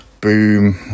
boom